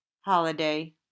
holiday